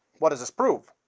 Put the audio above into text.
what does this prove?